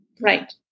Right